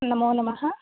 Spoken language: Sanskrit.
नमो नमः